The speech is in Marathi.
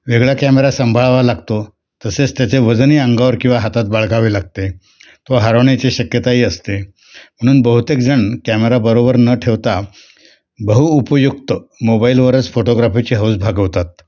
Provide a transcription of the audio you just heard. वेगळा कॅमेरा सांभाळावा लागतो तसेच त्याचे वजनही अंगावर किंवा हातात बाळगावे लागते तो हरवण्याची शक्यताही असते म्हणून बहुतेकजण कॅमेराबरोबर न ठेवता बहुउपयुक्त मोबाईलवरच फोटोग्राफीची हौस भागवतात